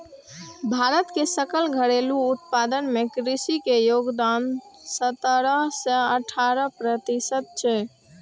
भारत के सकल घरेलू उत्पादन मे कृषि के योगदान सतरह सं अठारह प्रतिशत छै